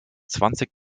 zwanzig